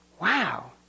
Wow